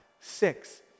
Six